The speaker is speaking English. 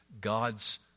God's